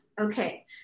Okay